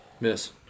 Miss